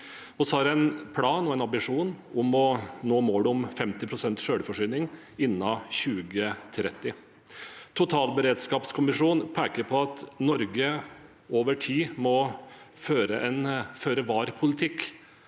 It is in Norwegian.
Vi har en plan og en ambisjon om å nå målet om 50 pst. selvforsyning innen 2030. Totalberedskapskommisjonen peker på at Norge over tid må føre en førevar-politikk